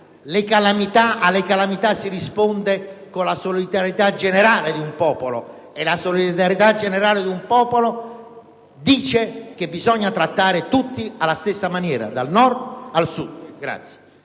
Alle calamità si risponde con la solidarietà generale di un popolo. La solidarietà generale di un popolo dice che bisogna trattare tutti alla stessa maniera: dal Nord al Sud.